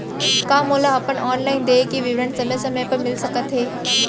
का मोला अपन ऑनलाइन देय के विवरण समय समय म मिलिस सकत हे?